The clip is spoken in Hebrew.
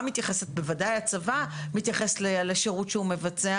מתייחסת ובוודאי הצבא מתייחס לשירות שהוא מבצע,